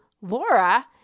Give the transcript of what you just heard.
Laura